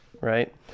Right